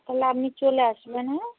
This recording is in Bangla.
তাহলে আপনি চলে আসবেন হ্যাঁ